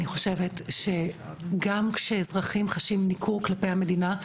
אני חושבת שגם שאזרחים חשים ניכור כלפי המדינה,